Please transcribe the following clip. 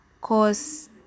cause